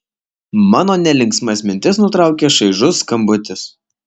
mano nelinksmas mintis nutraukia šaižus skambutis